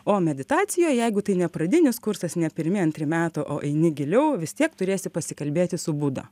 o meditacijoj jeigu tai ne pradinis kursas ne pirmi antri metai o eini giliau vis tiek turėsi pasikalbėti su buda